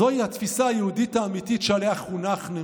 זוהי התפיסה היהודית האמיתית שעליה חונכנו.